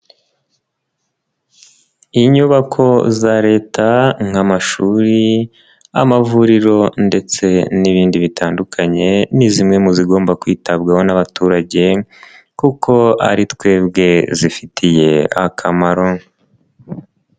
Inyubako za leta nk'amashuri, amavuriro ndetse n'ibindi bitandukanye, ni zimwe mu zigomba kwitabwaho n'abaturage kuko ari twebwe zifitiye akamaro.